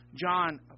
John